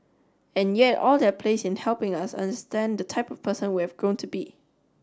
and yet all have their place in helping us understand the type person we have grown to be